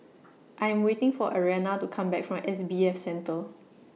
I Am waiting For Ariana to Come Back from S B F Center